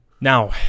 Now